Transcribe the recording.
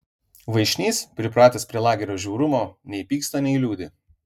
vaišnys pripratęs prie lagerio žiaurumo nei pyksta nei liūdi